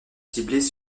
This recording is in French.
ciblées